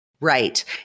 Right